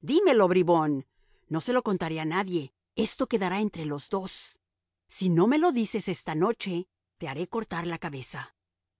dímelo bribón no se lo contaré a nadie esto quedará entre los dos si no me lo dices esta noche te haré cortar la cabeza